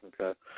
okay